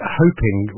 hoping